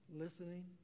Listening